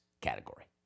category